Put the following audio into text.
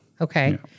Okay